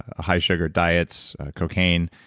ah high-sugar diets, cocaine,